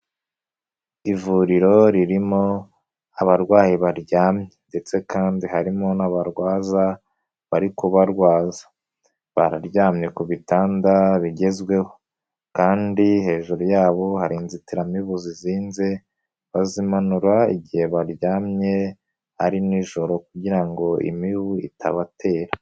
Ivuriro ririmo abarwayi baryamye ndetse kandi harimo n'abarwaza bari kubarwaza. Bararyamye ku bitanda bigezweho kandi hejuru yabo hari inzitiramibu zizinze, bazimanura igihe baryamye ari nijoro kugira ngo imibu itabatera.